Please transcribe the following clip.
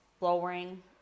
lowering